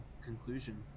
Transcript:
conclusion